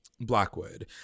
Blackwood